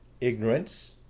ignorance